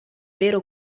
vero